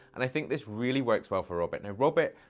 and i think this really works well for robert. now, robert,